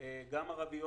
בערים ערביות